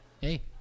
Hey